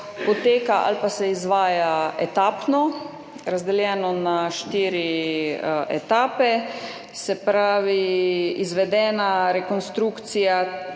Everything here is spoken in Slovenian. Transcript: ali se izvaja etapno, razdeljeno na štiri etape. Se pravi, izvedena rekonstrukcija